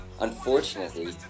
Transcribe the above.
unfortunately